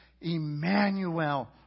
Emmanuel